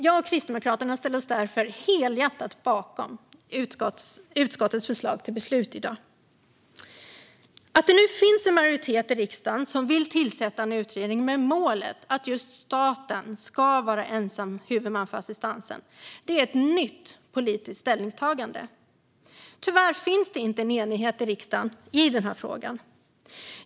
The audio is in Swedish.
Jag och Kristdemokraterna ställer oss därför helhjärtat bakom utskottets förslag till beslut i dag. Att det nu finns en majoritet i riksdagen som vill tillsätta en utredning med målet att just staten ska vara ensam huvudman för assistansen är ett nytt politiskt ställningstagande. Tyvärr finns det dock inte enighet i riksdagen i frågan.